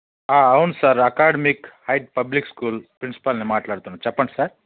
అవును sir academic height public school ప్రిన్సిపాల్ని మాట్లాడుతున్నాను చెప్పండి సార్